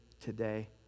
today